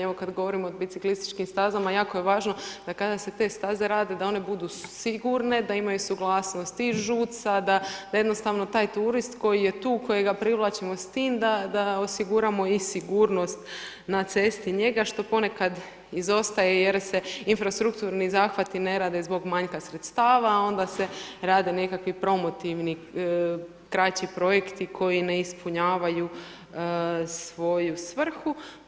Evo kada govorimo o biciklističkim stazama, jako je važno da kada se te staze rade, da one budu sigurne, da imaju suglasnost i ŽUC-a, da jednostavno taj turist koji je tu, kojega privlačimo sa time da osiguramo i sigurnost na cesti njega što ponekad izostaje jer se infrastrukturni zahvati ne rade zbog manjka sredstava a onda se rade nekakvi promotivni kraći projekti koji ne ispunjavaju svoju svrhu.